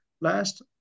last